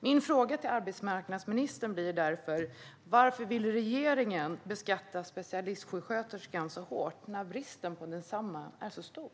Min fråga till arbetsmarknadsministern är därför: Varför vill regeringen beskatta specialistsjuksköterskor så hårt när bristen på sådana är så stor?